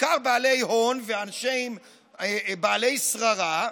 בעיקר בעלי הון ואנשים בעלי שררה,